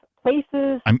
places